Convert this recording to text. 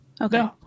Okay